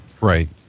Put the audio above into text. Right